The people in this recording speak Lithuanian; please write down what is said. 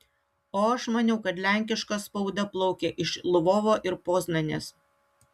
o aš maniau kad lenkiška spauda plaukė iš lvovo ir poznanės